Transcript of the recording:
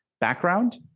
background